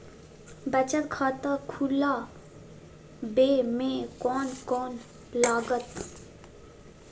बचत खाता खुला बे में का का लागत?